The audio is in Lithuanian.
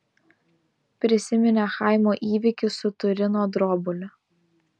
prisiminė chaimo įvykį su turino drobule